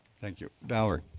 thank you. valerie.